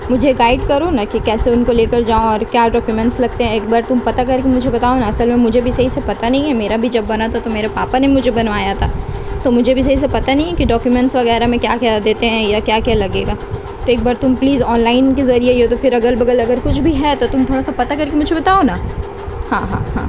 مجھے گائیڈ کرو نا کہ کیسے ان کو لے کر جاؤں اور کیا ڈاکیومینٹس لگتے ہیں ایک بار تم پتا کر کے مجھے بتاؤ نا اصل میں مجھے بھی صحیح سے پتا نہیں ہے میرا بھی جب بنا تھا تو میرے پاپا نے مجھے بنوایا تھا تو مجھے بھی صییح سے پتا نہیں ہے کہ ڈاکیومینٹس وغیرہ میں کیا دیتے ہیں یا کیا کیا لگے گا تو ایک بار تم پلیز آنلائن کے ذریعے ہو تو پھر اگل بغل اگر کچھ بھی ہے تو تم تھوڑا سا پتا کر کے مجھے بتاؤ نا ہاں ہاں ہاں